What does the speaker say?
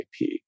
IP